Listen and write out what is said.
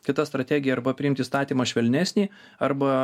kita strategija arba priimt įstatymą švelnesnį arba